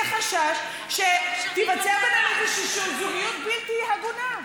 בלי שיהיה חשש שתיווצר ביניהם איזושהי זוגיות בלתי הגונה.